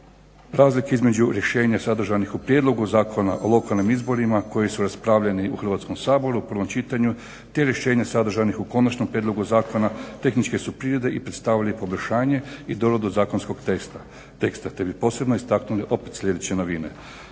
razlika između rješenja sadržanih u prijedlogu Zakona o lokalnim izborima koji su raspravljani u Hrvatskom saboru u prvom čitanju te rješenja sadržanih u konačnom prijedlogu zakona tehničke su prirode i predstavljaju poboljšanje i doradu zakonskog teksta te bi posebno istaknuli opet sljedeće novine.